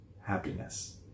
happiness